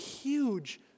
huge